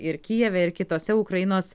ir kijeve ir kitose ukrainos